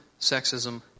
sexism